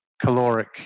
caloric